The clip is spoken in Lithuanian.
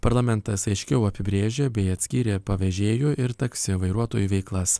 parlamentas aiškiau apibrėžė bei atskyrė pavežėjų ir taksi vairuotojų veiklas